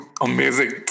amazing